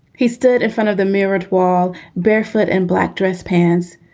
he stood in front of the mirrored wall, barefoot in black dress pants.